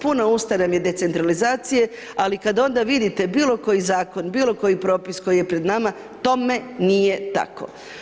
Puna usta nam je decentralizacije, ali kada onda vidite bilo koji zakon, bilo koji propis koji je pred nama tome nije tako.